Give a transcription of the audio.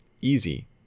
Easy